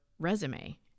resume